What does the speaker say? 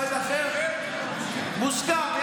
מוסכם.